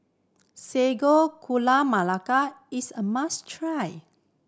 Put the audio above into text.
Sago Gula Melaka is a must try